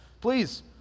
please